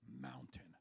Mountain